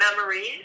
memories